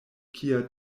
kia